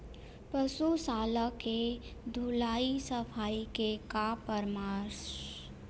पशु शाला के धुलाई सफाई के का परामर्श हे?